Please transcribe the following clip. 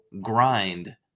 grind